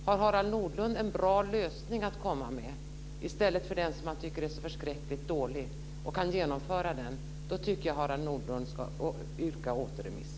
Har Harald Nordlund en bra lösning att komma med i stället för den som han tycker är så förskräckligt dålig och kan genomföra den, tycker jag att Harald Nordlund ska yrka på återremiss.